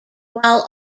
while